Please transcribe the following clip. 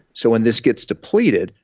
so when this gets depleted,